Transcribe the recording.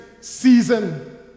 season